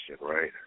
right